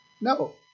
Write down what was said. No